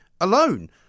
alone